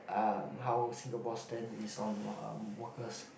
uh how Singapore stand is on um workers